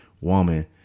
woman